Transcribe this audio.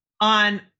on